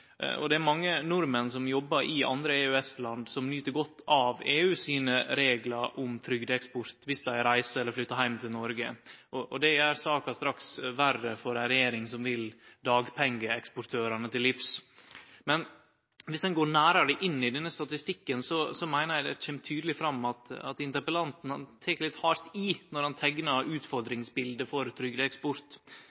Det er mange nordmenn som jobbar i andre EØS-land, som nyt godt av EUs reglar om trygdeeksport viss dei reiser eller flyttar heim til Noreg. Det gjer saka straks verre for ei regjering som vil dagpengeeksportørane til livs. Men viss ein går nærare inn i denne statistikken, meiner eg det kjem tydeleg fram at interpellanten tek litt hardt i når han teiknar